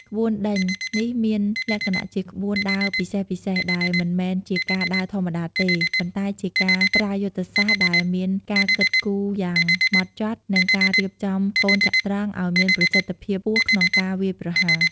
ក្បួនដេញនេះមានលក្ខណៈជាក្បួនដើរពិសេសៗ ដែលមិនមែនជាការដើរធម្មតាទេ ប៉ុន្តែជាការប្រើយុទ្ធសាស្ត្រដែលមានការគិតគូរយ៉ាងម៉ត់ចត់ និងការរៀបចំកូនចត្រង្គឲ្យមានប្រសិទ្ធភាពខ្ពស់ក្នុងការវាយប្រហារ។